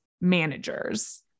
managers